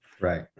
right